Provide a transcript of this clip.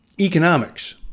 economics